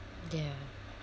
ya